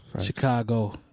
Chicago